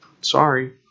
Sorry